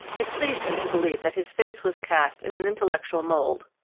it pleased him to believe that his face was cast in an intellectual mould,